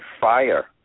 fire